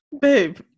Babe